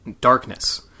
darkness